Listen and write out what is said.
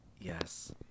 Yes